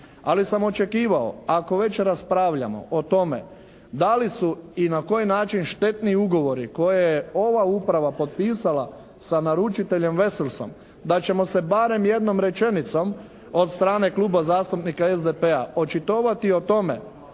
Ali sam očekivao ako već raspravljamo o tome da li su i na koji način štetni ugovori koje je ova uprava potpisala sa naručiteljem "Veselsom" da ćemo se barem jednom rečenicom od strane Kluba zastupnika SDP-a očitovati o tome